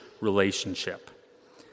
relationship